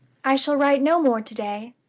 i shall write no more to-day.